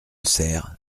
serres